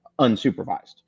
unsupervised